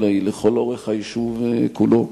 אלא היא לאורך היישוב כולו.